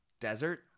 desert